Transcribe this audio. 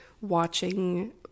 watching